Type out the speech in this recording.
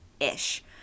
ish